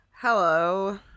Hello